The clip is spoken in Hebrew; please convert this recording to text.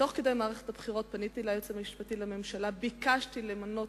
ותוך כדי מערכת הבחירות פניתי אל היועץ המשפטי לממשלה וביקשתי למנות